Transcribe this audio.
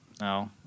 No